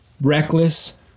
Reckless